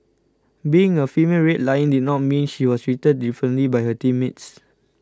being a female Red Lion did not mean she was treated differently by her teammates